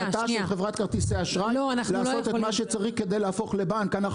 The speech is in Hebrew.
זו פשוט החלטה של חברת כרטיסי אשראי לעשות את מה שצריך כדי להפוך לבנק.